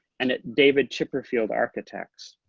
and at david chipperfield architects.